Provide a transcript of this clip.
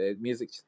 Music